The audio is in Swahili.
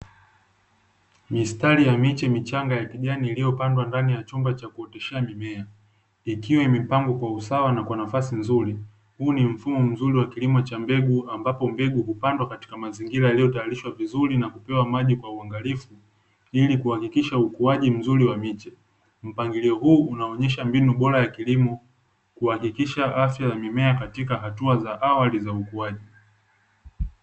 Mistari ya miche michanga ya kijani iliyopandwa ndani ya chumba cha kuoteshea mimea, ikiwa imepangwa kwa usawa na kwanafasi nzuri huu ni mfumo mzuri wa kilimo cha mbegu, ambapo mbegu hupandwa katika mazingira yakiyo tayarishwa vizuri na kupewa maji kwa uangalifu, ilikuhakikisha ukuaji mzuri wa miche, mpangilio huu unaruhusu mbinu bora ya kilimo kuhakikisha afya ya mimea katika hatua za awali za ukuaji.